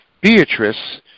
Beatrice